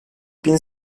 bin